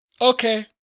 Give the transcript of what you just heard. okay